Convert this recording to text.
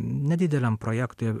nedideliam projektui